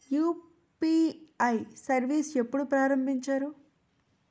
UPI service ఎప్పుడు ప్రారంభించారు?